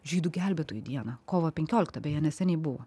žydų gelbėtojų dieną kovo penkioliktą beje neseniai buvo